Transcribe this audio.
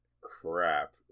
crap